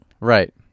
Right